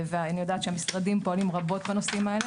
ואני יודעת שהמשרדים פועלים רבות בנושאים האלה.